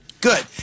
Good